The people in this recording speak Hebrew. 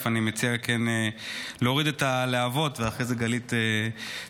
אני מציע להוריד את הלהבות ואחרי זה גלית תגיב,